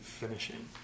finishing